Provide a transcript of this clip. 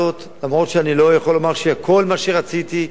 אני לא יכול לומר שכל מה שרציתי התממש,